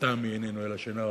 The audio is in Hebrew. מעטה מעינינו, אלא שינה רבה.